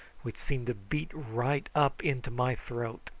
which seemed to beat right up into my throat.